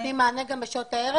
--- אתם נותנים מענה גם בשעות הערב?